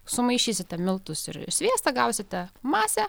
sumaišysite miltus ir sviestą gausite masę